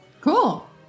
Cool